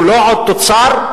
הם לא עוד תוצר,